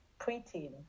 preteen